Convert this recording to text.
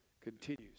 continues